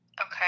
Okay